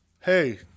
Hey